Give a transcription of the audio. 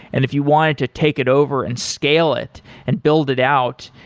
and if you wanted to take it over and scale it and build it out,